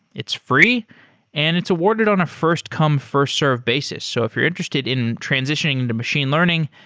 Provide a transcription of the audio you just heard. it's free and it's awarded on a first-come first-served basis. so if you're interested in transitioning into machine learning,